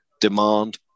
demand